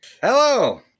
Hello